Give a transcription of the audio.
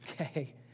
Okay